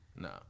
No